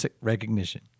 recognition